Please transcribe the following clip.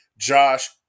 Josh